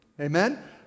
Amen